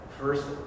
first